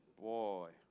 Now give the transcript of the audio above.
Boy